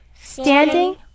standing